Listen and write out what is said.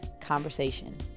conversation